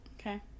Okay